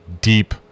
deep